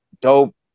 Dope